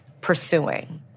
pursuing